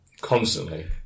constantly